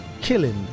killing